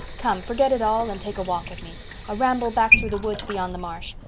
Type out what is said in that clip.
come, forget it all and take a walk with me a ramble back through the woods beyond the marsh.